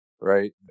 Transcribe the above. Right